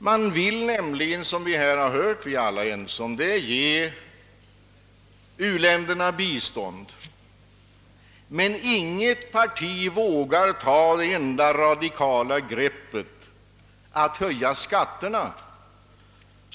Man vill nämligen, som vi här hört och som vi alla är ense om, ge u-länderna bistånd. Men ingét parti vågar ta det enda radikala greppet: att höja skatterna.